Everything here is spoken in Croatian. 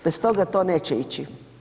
Bez toga to neće ići.